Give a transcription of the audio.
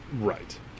Right